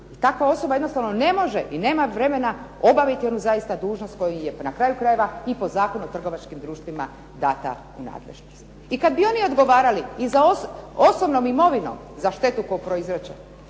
takva osoba jednostavno ne može i nema vremena obaviti jednu zaista dužnost koju je, na kraju krajeva, i po Zakonu o trgovačkim društvima data u nadležnost. I kad bi oni odgovarali i sa osobnom imovinom za štetu koju prouzroče,